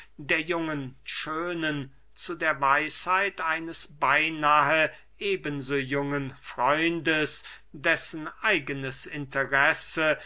der jungen schönen zu der weisheit eines beynahe eben so jungen freundes dessen eigenes interesse